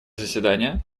заседания